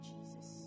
Jesus